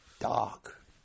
Dark